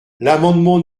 l’amendement